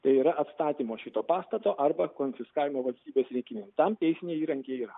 tai yra atstatymo šito pastato arba konfiskavimo valstybės reikmėm tam teisiniai įrankiai yra